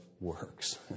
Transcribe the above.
works